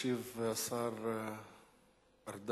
ישיב השר ארדן,